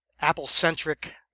Apple-centric